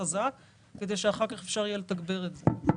חזק כדי שאחר כך היה אפשר לתגבר את זה.